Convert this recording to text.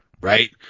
right